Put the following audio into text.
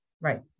Right